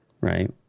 right